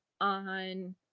on